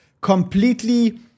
completely